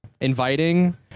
inviting